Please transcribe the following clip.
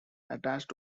attached